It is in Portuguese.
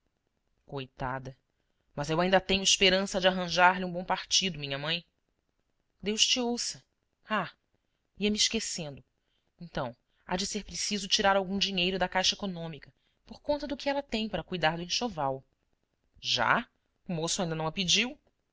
coitada mas eu ainda tenho esperança de arranjar-lhe um bom partido minha mãe deus te ouça ah ia-me esquecendo então há de ser preciso tirar algum dinheiro da caixa econômica por conta do que ela tem para cuidar do enxoval já o moço ainda não a pediu